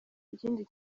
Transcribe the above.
ikindi